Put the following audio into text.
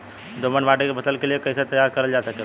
दोमट माटी के फसल के लिए कैसे तैयार करल जा सकेला?